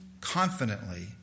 confidently